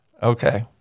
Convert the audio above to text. Okay